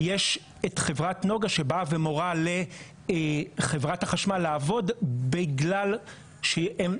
יש את חברת נגה שבאה ומורה לחברת החשמל לעבוד בגלל שהם,